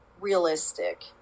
realistic